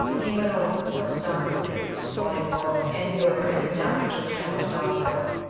he went over, and fell soundlessly, his body whirling end over end down into the shadows, far below.